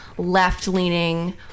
left-leaning